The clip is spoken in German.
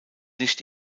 nicht